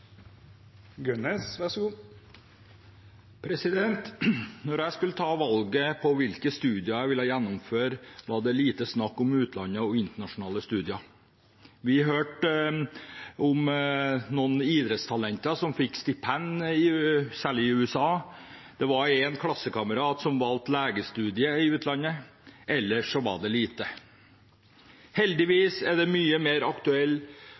jeg skulle ta valget om hvilke studier jeg ville gjennomføre, var det lite snakk om utlandet og internasjonale studier. Vi hørte om noen idrettstalenter som fikk stipend, særlig i USA, og det var en klassekamerat som valgte legestudiet i utlandet. Ellers var det lite. Heldigvis er det mye mer